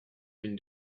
l’une